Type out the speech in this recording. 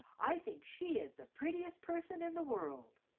i think she is the prettiest person in the world.